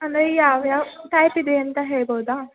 ಅಂದರೆ ಯಾವ ಯಾವ ಟೈಪ್ ಇದೆ ಅಂತ ಹೇಳ್ಬೋದಾ